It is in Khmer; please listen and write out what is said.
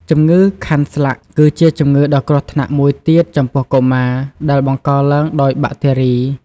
ជំងឺខាន់ស្លាក់គឺជាជំងឺដ៏គ្រោះថ្នាក់មួយទៀតចំពោះកុមារ ដែលបង្កឡើងដោយបាក់តេរី។